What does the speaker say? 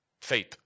faith